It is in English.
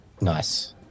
Nice